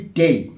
day